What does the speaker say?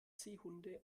seehunde